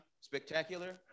Spectacular